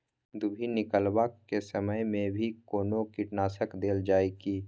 दुभी निकलबाक के समय मे भी कोनो कीटनाशक देल जाय की?